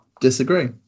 disagree